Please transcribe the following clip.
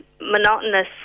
monotonous